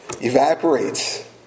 evaporates